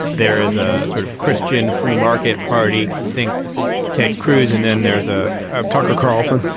there is a sort of christian free market party. think ted cruz. and then there's a tucker carlson.